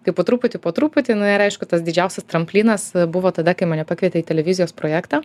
tai po truputį po truputį na ir aišku tas didžiausias tramplinas buvo tada kai mane pakvietė į televizijos projektą